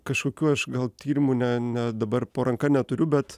kažkokių aš gal tyrimų ne ne dabar po ranka neturiu bet